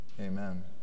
amen